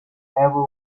ever